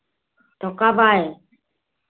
तो कब आएँ